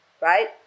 right